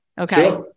okay